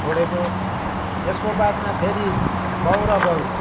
छोडेको त्यसको बादमा फेरि कौरवहरू